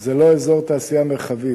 זה לא אזור תעשייה מרחבי,